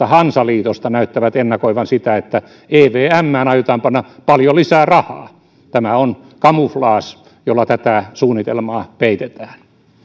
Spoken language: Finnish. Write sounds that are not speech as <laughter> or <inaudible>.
<unintelligible> hansaliitosta näyttävät ennakoivan sitä että evmään aiotaan panna paljon lisää rahaa tämä on camouflage jolla tätä suunnitelmaa peitetään